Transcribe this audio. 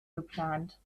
geplant